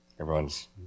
everyone's